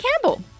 Campbell